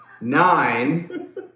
Nine